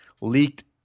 leaked